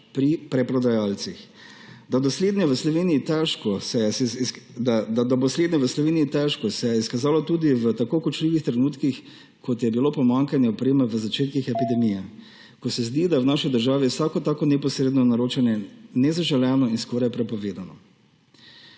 pri preprodajalcih. Da bo slednje v Sloveniji težko, se je izkazalo tudi v tako kočljivih trenutkih, kot je bilo pomanjkanje opreme v začetku epidemije, ko se zdi, da je v naši državi vsako tako neposredno naročanje nezaželeno in skoraj prepovedano.